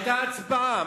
היתה הצבעה.